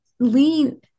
lean